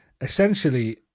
Essentially